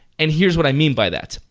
and here's what i mean by that.